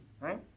right